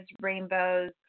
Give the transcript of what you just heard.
rainbows